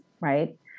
right